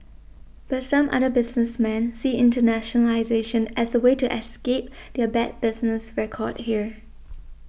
but some other businessmen see internationalisation as a way to escape their bad business record here